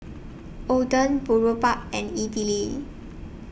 Oden Boribap and Idili